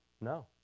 No